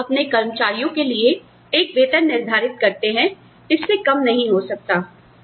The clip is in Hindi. तो आप अपने कर्मचारियों के लिए एक वेतन निर्धारित करते हैं इससे कम नहीं हो सकता